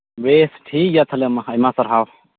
ᱵᱮᱥ ᱴᱷᱤᱠ ᱜᱮᱭᱟ ᱛᱟᱦᱞᱮ ᱢᱟ ᱟᱭᱢᱟ ᱥᱟᱨᱦᱟᱣ